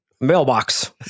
mailbox